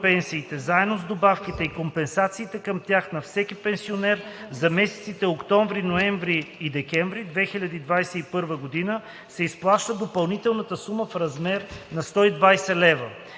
заедно с добавките и компенсациите към тях на всеки пенсионер за месеците октомври, ноември и декември 2021 г. се изплаща допълнителна сума в размер на 120 лв.“;